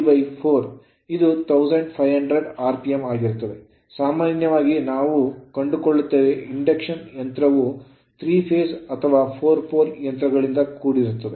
ಇದು 1500 RPM ಆಗಿರುತ್ತದೆ ಸಾಮಾನ್ಯವಾಗಿ ನಾವು ಕಂಡುಕೊಳ್ಳುತ್ತೇವೆ ಇಂಡಕ್ಷನ್ ಯಂತ್ರವು 3 ಅಥವಾ 4 pole ಯಂತ್ರಗಳಿಂದ ಕೂಡಿದೆ